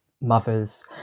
mothers